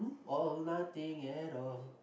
all or nothing at all